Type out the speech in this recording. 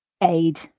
Aid